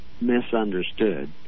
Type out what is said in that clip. misunderstood